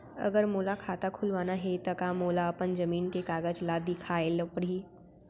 अगर मोला खाता खुलवाना हे त का मोला अपन जमीन के कागज ला दिखएल पढही?